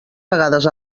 vegades